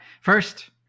First